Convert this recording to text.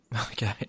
okay